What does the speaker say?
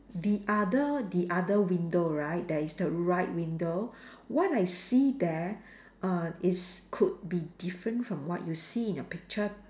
the other the other window right there is the right window what I see there err is could be different from what you see in your picture